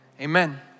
amen